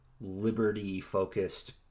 liberty-focused